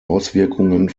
auswirkungen